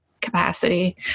capacity